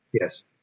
Yes